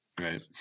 Right